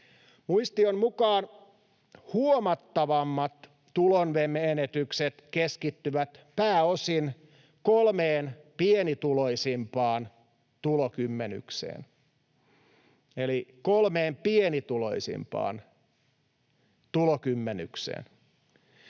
Muistion mukaan huomattavimmat tulonmenetykset keskittyvät pääosin kolmeen pienituloisimpaan tulokymmenykseen. Eli kolmeen pienituloisimpaan tulokymmenykseen.